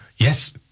Yes